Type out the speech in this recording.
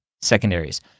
secondaries